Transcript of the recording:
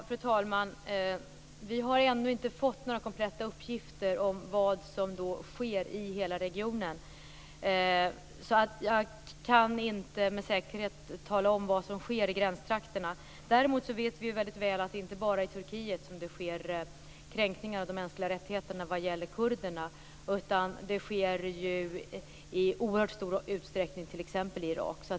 Fru talman! Vi har ännu inte fått några kompletta uppgifter om vad som sker i regionen i dess helhet. Jag kan därför inte med säkerhet tala om vad som sker i gränstrakterna. Däremot vet vi mycket väl att det inte bara är i Turkiet som det sker kränkningar av kurdernas mänskliga rättigheter, utan det sker i oerhört stor utsträckning t.ex. också i Irak.